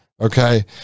Okay